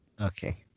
Okay